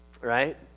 right